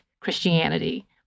Christianity